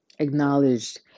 acknowledged